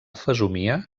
fesomia